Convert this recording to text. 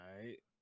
right